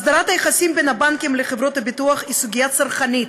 הסדרת היחסים בין הבנקים לחברות הביטוח היא סוגיה צרכנית,